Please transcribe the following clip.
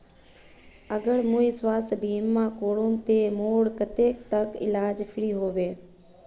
अगर मुई स्वास्थ्य बीमा करूम ते मोर कतेक तक इलाज फ्री होबे?